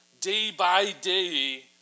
day-by-day